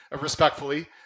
respectfully